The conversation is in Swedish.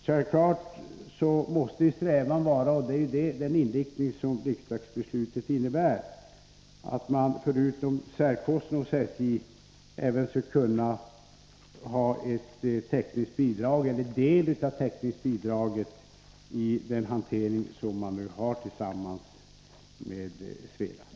Självfallet måste strävan vara — den inriktningen har riksdagsbeslutet — att man förutom särkostnader hos SJ även skall kunna ha ett täckningsbidrag eller deltäckningsbidrag i den hantering som man har tillsammans med Svelast.